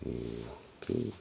ते